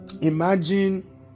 imagine